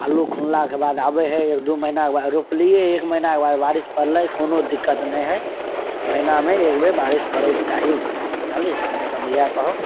अल्लू खुनलाके बाद आबै हइ एक दू महिनाके बाद रोपलियै एक महिनाके बाद बारिस पड़लै कोनो दिक्कत नहि हइ महिनामे एक बेर बारिस पड़ैक चाही जनलियै हम्मे सब इएह कहब